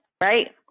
right